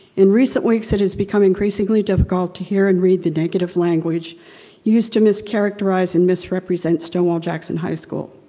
in recent weeks that has become increasingly difficult to hear and read the negative language used to mischaracterize and misrepresent stonewall jackson high school.